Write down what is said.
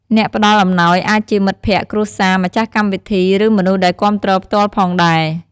អ្នកផ្តល់អំណោយអាចជាមិត្តភក្ដិ គ្រួសារ ម្ចាស់កម្មវិធី ឬមនុស្សដែលគាំទ្រផ្ទាល់ផងដែរ។